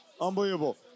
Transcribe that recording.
Unbelievable